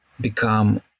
become